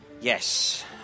Yes